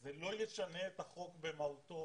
זה לא ישנה את החוק במהותו.